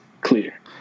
clear